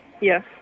Yes